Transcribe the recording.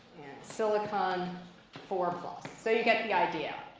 silicon four plus. so you get the idea.